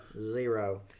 zero